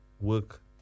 work